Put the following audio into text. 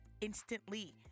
instantly